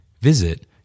Visit